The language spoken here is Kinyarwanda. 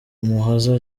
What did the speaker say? umuhoza